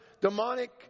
demonic